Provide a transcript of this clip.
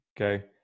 okay